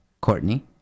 Courtney